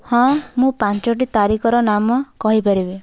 ହଁ ମୁଁ ପାଞ୍ଚଟି ତାରିଖର ନାମ କହିପାରିବି